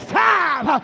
time